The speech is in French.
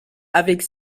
avec